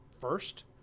first